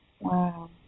Wow